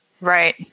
Right